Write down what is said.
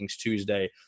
Tuesday